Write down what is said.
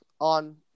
on